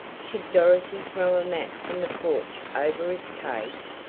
should dorothy throw a mat from the porch over its cage!